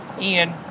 Ian